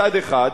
מצד אחד,